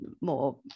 more